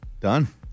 Done